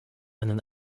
einen